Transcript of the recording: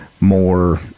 more